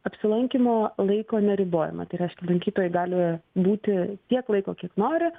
apsilankymo laiko neribojame tai reiškia lankytojai gali būti tiek laiko kiek nori